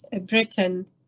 Britain